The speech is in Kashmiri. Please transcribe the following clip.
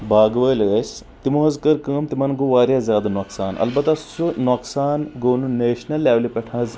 باغہٕ وٲلۍ ٲسۍ تِمو حظ کٔر کٲم تِمو گوٚو واریاہ زیادٕ نۄقصان البتہ سُہ نۄقصان گوٚو نہٕ نیشنل لیولہِ پٮ۪ٹھ حظ